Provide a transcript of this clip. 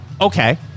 Okay